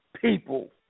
people